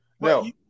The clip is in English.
No